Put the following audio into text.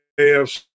AFC